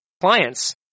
clients